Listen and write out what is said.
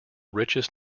richest